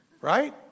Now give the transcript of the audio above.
right